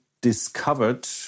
discovered